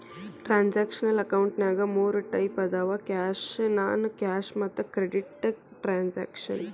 transactional ಅಕೌಂಟಿನ್ಯಾಗ ಮೂರ್ type ಅದಾವ ಕ್ಯಾಶ್ ನಾನ್ ಕ್ಯಾಶ್ ಮತ್ತ ಕ್ರೆಡಿಟ್ ಟ್ರಾನ್ಸಾಕ್ಷನ